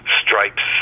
stripes